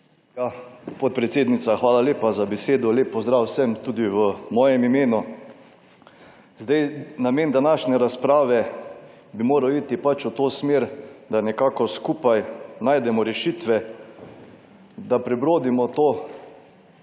Podpredsednica, hvala lepa za besedo. Lep pozdrav vsem tudi v mojem imenu! Namen današnje razprave bi moral iti pač v to smer, da nekako skupaj najdemo rešitve, da prebrodimo to